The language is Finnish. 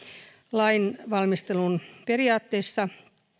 lainvalmistelun periaatteissa